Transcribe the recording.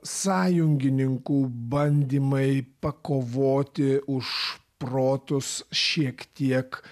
sąjungininkų bandymai pakovoti už protus šiek tiek